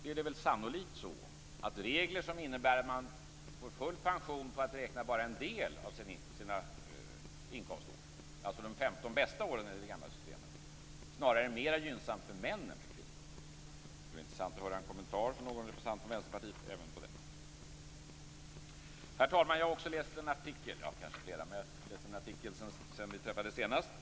Det är väl sannolikt så att regler som innebär att man får full pension genom att bara räkna en del av sina inkomstår, nämligen de 15 bästa åren enligt det gamla systemet, snarare än mer gynnsamt för män än för kvinnor. Det skulle vara intressant att få en kommentar även till detta från någon representant för Herr talman! Jag har läst en artikel sedan vi träffades senast.